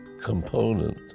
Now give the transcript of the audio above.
component